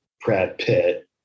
Pratt-Pitt